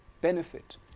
benefit